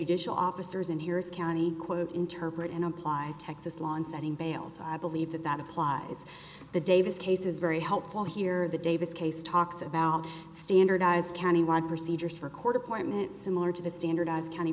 judicial officers and here's county quote interpret and apply texas law in setting bales i believe that that applies the davis case is very helpful here the davis case talks about standardized countywide procedures for court appointments similar to the standardized county